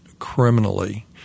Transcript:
criminally